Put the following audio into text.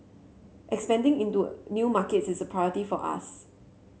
expanding into new markets is a priority for us